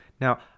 Now